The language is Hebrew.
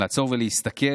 לעצור ולהסתכל